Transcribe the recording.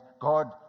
God